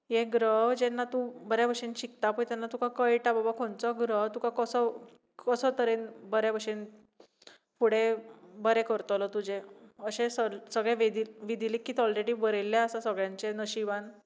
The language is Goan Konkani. हे ग्रह जेन्न तूं बरे भशेन शिकता पळय तेन्ना तुका कळटा बाबा खंयचो ग्रह कसो कसो तरेन बऱ्या भशेन फुडें बरें करतलो तुजें अशें सगळें विधी लिखीत ऑलरेडी बरयिल्लें आसा सगळ्यांच्या नशिबांत